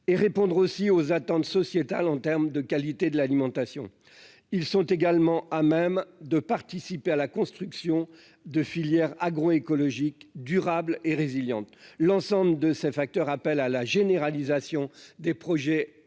et répondre aussi aux attentes sociétales en terme de qualité de l'alimentation, ils sont également à même de participer à la construction de filières agro-écologique durable et résilientes l'ensemble de ces facteurs, appelle à la généralisation des projets alimentaires